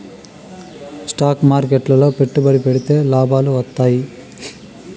stock మార్కెట్లు లో పెట్టుబడి పెడితే లాభాలు వత్తాయి